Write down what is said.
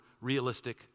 realistic